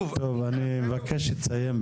טוב, אני מבקש שתסיים בני,